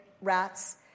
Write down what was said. rats